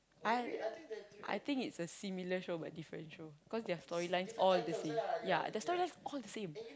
I I think it'a a similar show but different show cause their storylines all the same yeah the stroryline is all the same